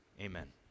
amen